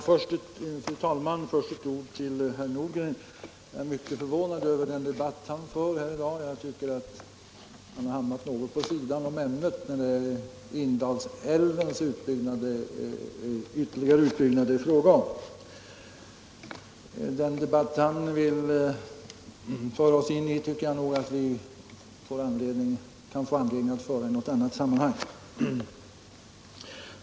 Fru talman! Först några ord till herr Nordgren: Jag är mycket förvånad över den debatt herr Nordgren vill föra här i dag; den tycks hamna något vid sidan om ämnet. Det är Indalsälvens ytterligare utbyggnad det nu är fråga om. Den debatt han vill leda oss in i kan vi nog få anledning att föra i något annat sammanhang.